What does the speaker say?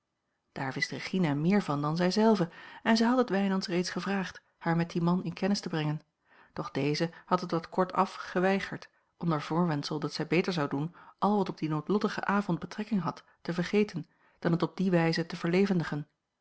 daar wist regina meer van dan zij zelve en zij had het wijnands reeds gevraagd haar met dien man in kennis te brengen doch deze had het wat kortaf geweigerd onder voorwendsel dat zij beter zou doen al wat op dien noodlottigen avond betrekking had te vergeten dan het op die wijze te